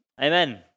Amen